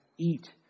Eat